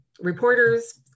reporters